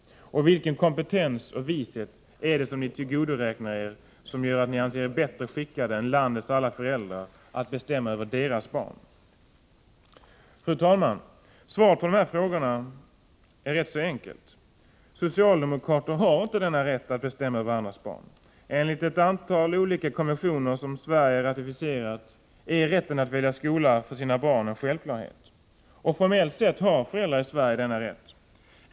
Och vilken kompetens och vishet är det ni tillgodoräknar er som gör att ni anser er bättre skickade än landets alla föräldrar att bestämma över deras barn? Fru talman! Svaret på dessa frågor är rätt enkelt. Socialdemokrater har inte denna rätt att bestämma över andras barn. Enligt ett antal olika konventioner som Sverige har ratificerat, är rätten att välja skola för sina barn en självklarhet. Formellt sett har föräldrar i Sverige denna rätt.